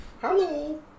Hello